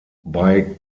bei